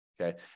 Okay